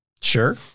sure